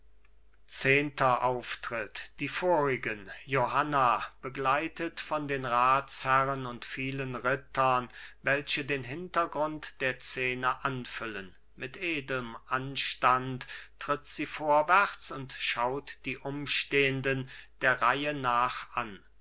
zehnter auftritt die vorigen johanna begleitet von den ratsherren und vielen rittern welche den hintergrund der szene anfüllen mit edelm anstand tritt sie vorwärts und schaut die umstehenden der reihe nach an